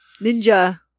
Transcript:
Ninja